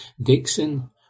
Dixon